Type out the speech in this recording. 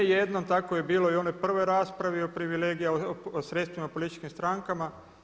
I ne jednom tako je bilo i u onoj prvoj raspravi o privilegijama, o sredstvima, političkim strankama.